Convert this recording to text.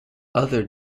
other